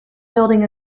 building